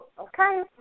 okay